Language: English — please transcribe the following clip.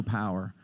power